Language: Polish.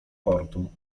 portu